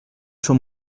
son